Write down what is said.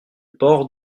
port